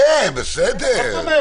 בסדר.